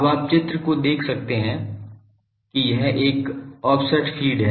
अब आप चित्र को देख सकते हैं कि यह एक ऑफसेट फीड है